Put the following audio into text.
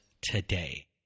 today